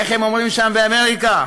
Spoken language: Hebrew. איך הם אומרים שם, באמריקה: